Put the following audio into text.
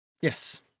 Yes